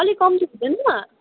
अलिक कम्ती हुँदैन